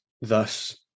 thus